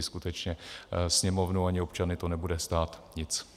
Skutečně Sněmovnu ani občany to nebude stát nic.